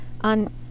on